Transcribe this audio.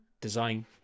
design